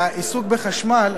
בעיסוק בחשמל,